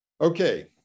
Okay